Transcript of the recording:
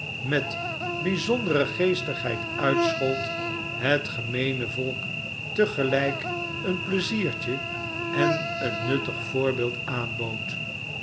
met bijzondere geestigheid uitschold het gemeene volk te gelijk een pleiziertje en een nuttig voorbeeld aanbood